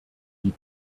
die